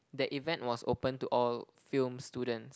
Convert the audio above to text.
that event was open to all film students